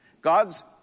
God's